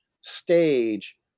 stage